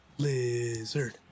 Lizard